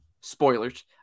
Spoilers